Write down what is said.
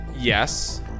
yes